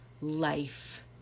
life